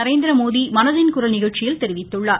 நரேந்திரமோடி மனதின் குரல் நிகழச்சியில் தெரிவித்துள்ளார்